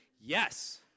Yes